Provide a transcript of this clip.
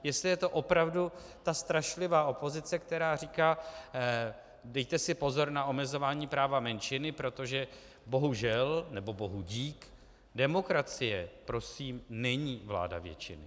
Jestli je to opravdu ta strašlivá opozice, která říká: Dejte si pozor na omezování práva menšiny, protože bohužel, nebo bohudík, demokracie, prosím, není vláda většiny.